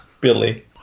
Billy